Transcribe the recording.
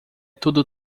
tudo